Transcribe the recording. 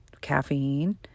caffeine